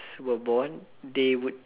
were born they would